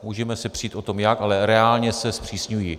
Můžeme se přít o tom jak, ale reálně se zpřísňují.